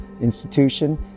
institution